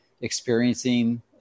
experiencing